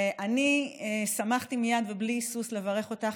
אני שמחתי מייד ובלי היסוס לברך אותך,